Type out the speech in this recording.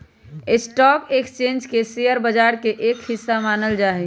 stock exchange के share बाजार के एक हिस्सा मानल जा हई